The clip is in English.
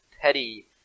petty